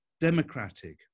democratic